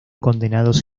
condenados